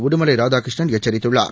உடுமலைராதாகிருஷ்ணன் எச்சரித்துள்ளார்